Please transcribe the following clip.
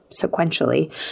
sequentially